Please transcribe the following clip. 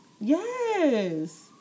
Yes